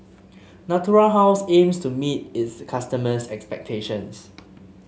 Natura House aims to meet its customers' expectations